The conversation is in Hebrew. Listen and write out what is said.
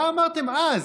מה אמרתם אז?